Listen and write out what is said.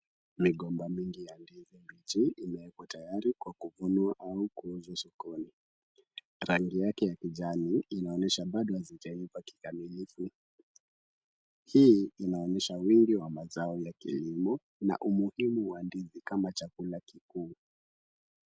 Migomba mingi ya ndizi mbichi imeekwa tayari kwa kuvunwa au kuuzwa sokoni. Rangi yake ya kijani inaonyesha bado hazijaiva kikamilifu. Hii inaonyesha wingi wa mazao ya kilimo na umuhimu wa ndizi kama chakula kikuu.